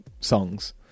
songs